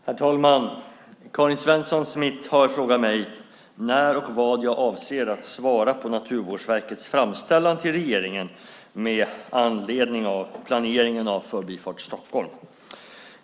Herr talman! Karin Svensson Smith har frågat mig när och vad jag avser att svara på Naturvårdsverkets framställan till regeringen med anledning av planeringen av Förbifart Stockholm.